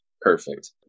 Perfect